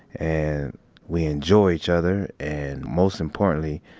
and we enjoy each other and, most importantly,